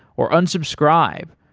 or unsubscribe,